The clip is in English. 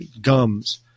gums